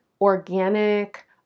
organic